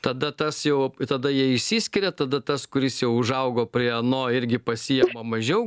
tada tas jau tada jie išsiskiria tada tas kuris jau užaugo prie ano irgi pasiima mažiau